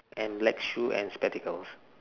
and black shoe and spectacles